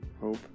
hope